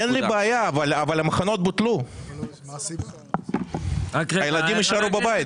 אין בעיה, אבל המחנות בוטלו והילדים יישארו בבית.